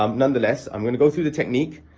um none the less i'm going to go through the technique